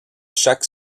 chaque